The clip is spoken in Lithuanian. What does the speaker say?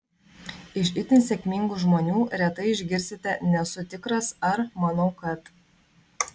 iš itin sėkmingų žmonių retai išgirsite nesu tikras ar manau kad